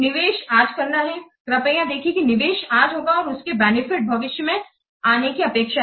निवेश आज करना है कृपया देखें की निवेश आज होगा और उसके बेनिफिट भविष्य में आने की अपेक्षा है